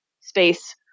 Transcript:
space